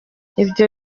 ibyo